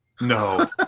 No